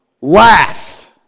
Last